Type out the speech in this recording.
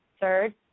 Third